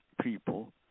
people